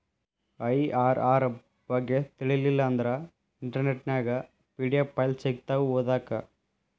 IRR ಬಗ್ಗೆ ತಿಳಿಲಿಲ್ಲಾ ಅಂದ್ರ ಇಂಟರ್ನೆಟ್ ನ್ಯಾಗ ಪಿ.ಡಿ.ಎಫ್ ಫೈಲ್ ಸಿಕ್ತಾವು ಓದಾಕ್